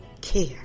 care